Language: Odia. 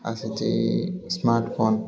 ଆସିଛି ସ୍ମାର୍ଟ ଫୋନ